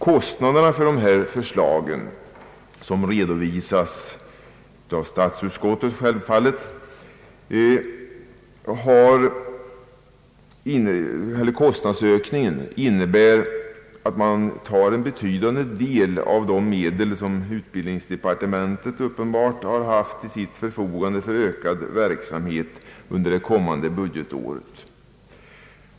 Kostnadsökningen för förslagens genomförande — självfallet redovisad av statsutskottet — innebär att en betydande del tas av de medel som utbildningsdepartementet haft till sitt förfogande för utvidgad verksamhet under det kommande budgetåret.